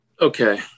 Okay